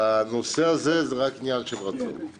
בנושא הזה, זה רק עניין של רצון.